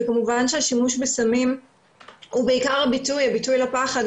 וכמובן שהשימוש בסמים הוא בעיקר הביטוי לפחד,